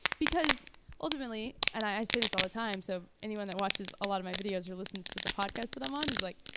because ultimately, and i say this all the time, so anyone that watches a lot of my videos or listens to the podcast that i'm on is like,